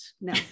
No